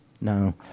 No